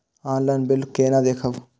Online bill केना देखब?